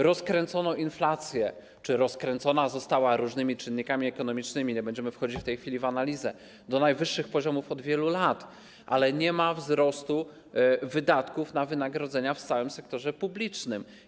Rozkręcono inflację czy raczej została ona rozkręcona różnymi czynnikami ekonomicznymi - nie będziemy wchodzić w tej chwili w analizę - do najwyższych poziomów od wielu lat, ale nie ma wzrostu wydatków na wynagrodzenia w całym sektorze publicznym.